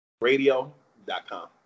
radio.com